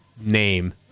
name